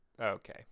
Okay